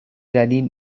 دلیل